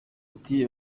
ati